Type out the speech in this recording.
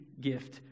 gift